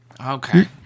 Okay